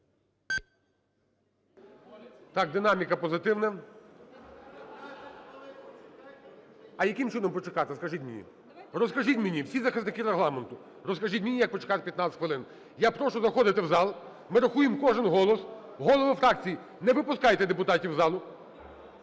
Так, динаміка позитивна. А яким чином почекати, скажіть мені, розкажіть мені, всі захисники Регламенту, розкажіть мені, як почекати 15 хвилин? Я прошу заходити в зал, ми рахуємо кожен голос. Голови фракцій, не випускайте депутатів з залу,